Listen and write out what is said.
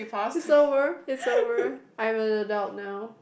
it's over it's over I'm an adult now